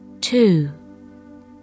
Two